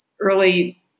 early